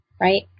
right